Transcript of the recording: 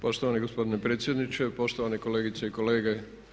Poštovani gospodine predsjedniče, poštovane kolegice i kolege.